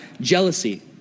Jealousy